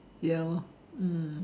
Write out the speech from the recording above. ya lor mm